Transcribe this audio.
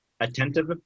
attentive